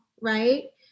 right